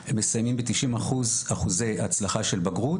הם מסיימים ב- 90 אחוזי הצלחה של בגרות.